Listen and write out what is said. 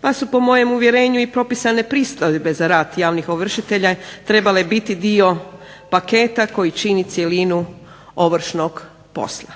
pa su po mojem uvjerenju i propisane pristojbe za rad javnih ovršitelja trebale biti dio paketa koji čini cjelinu ovršnog posla.